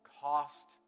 cost